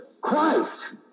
Christ